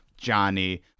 Johnny